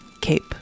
Cape